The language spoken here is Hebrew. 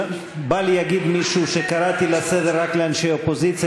בל יגיד מישהו שקראתי לסדר רק אנשי האופוזיציה.